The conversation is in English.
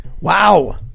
Wow